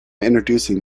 introducing